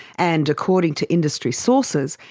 and, according to industry sources,